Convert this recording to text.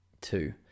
two